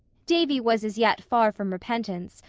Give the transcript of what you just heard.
davy was as yet far from repentance,